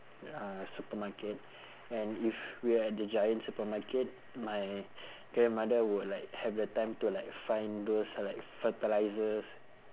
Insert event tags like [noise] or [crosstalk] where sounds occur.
uh supermarket and if we are at the giant supermarket my [breath] grandmother would like have the time to like find those like fertilisers